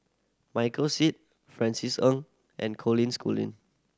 Michael Seet Francis Ng and Colin Schooling